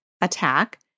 attack